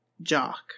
jock